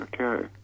Okay